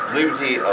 Liberty